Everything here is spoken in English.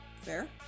Fair